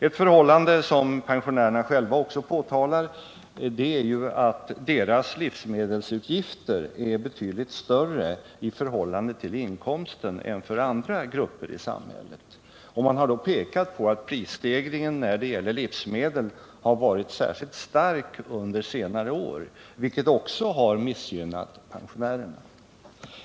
Ett förhållande som pensionärerna själva har påtalat är att deras livsmedelsutgifter i relation till inkomsten är betydligt större än för andra grupper i samhället. Man har pekat på att prisstegringen när det gäller livsmedel har varit särskilt stark under senare år, vilket missgynnat pensionärerna.